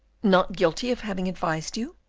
not guilty of having advised you?